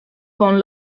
con